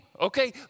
okay